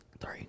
three